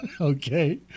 Okay